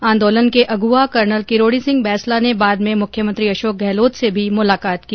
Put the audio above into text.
आंदोलन के अगुवा कर्नल किरोड़ी सिंह बैंसला ने बाद में मुख्यमंत्री अशोक गहलोत से भी मुलाकात की